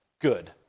good